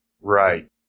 right